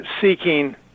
seeking